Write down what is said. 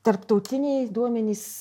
tarptautiniai duomenys